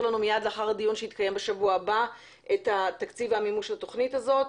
לנו מיד אחרי הדיון שיתקיים בשבוע הבא את התקציב למימוש התוכנית הזאת.